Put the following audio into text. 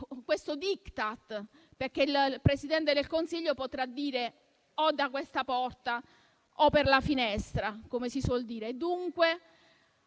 questo *diktat*? Il Presidente del Consiglio potrà dire o da questa porta o per la finestra, come si suol dire. Una